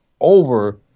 over—